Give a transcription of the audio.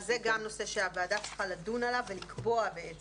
אז זה גם נושא שהוועדה צריכה לדון עליו ולקבוע את